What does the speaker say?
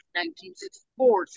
1964